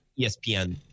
ESPN